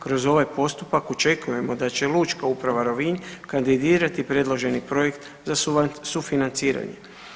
Kroz taj postupak očekujemo da će Lučka uprava Pula kandidirati predloženi projekt za sufinanciranje.